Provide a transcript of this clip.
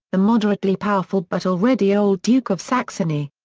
the moderately powerful but already old duke of saxony.